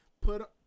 put